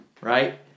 right